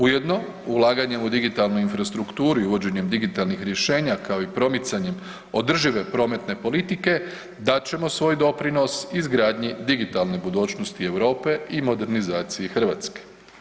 Ujedno, ulaganjem u digitalnu infrastrukturu i uvođenjem digitalnih rješenja kao i promicanjem održive prometne politike, dat ćemo svoj doprinos izgradnji digitalne budućnosti Europe i modernizaciji Hrvatske.